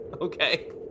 okay